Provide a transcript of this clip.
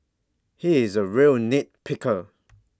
he is A real nit picker